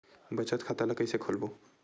बचत खता ल कइसे खोलबों?